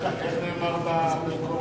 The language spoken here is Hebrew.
איך נאמר במקורותינו?